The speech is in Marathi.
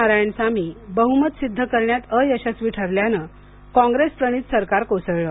नारायणसामी बहुमत सिद्ध करण्यात अयशस्वी ठरल्यानं काँग्रेसप्रणीत सरकार कोसळलं